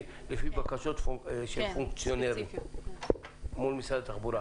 בקשות של פונקציונרים מול משרד התחבורה.